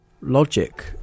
Logic